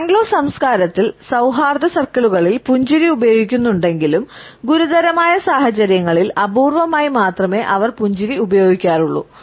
Anglo സംസ്കാരത്തിൽ സൌഹാർദ്ദ സർക്കിളുകളിൽ പുഞ്ചിരി ഉപയോഗിക്കുന്നുണ്ടെങ്കിലും ഗുരുതരമായ സാഹചര്യങ്ങളിൽ അപൂർവമായി മാത്രമേ അവർ പുഞ്ചിരി ഉപയോഗിക്കാറുള്ളൂ